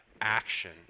action